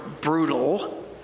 brutal